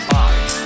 Five